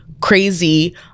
crazy